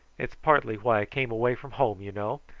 it's partly why i came away from home, you know.